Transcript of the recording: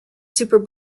super